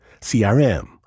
CRM